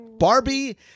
Barbie